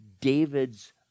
David's